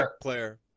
player